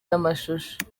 n’amashusho